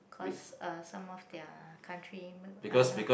cause uh some of their country milk are not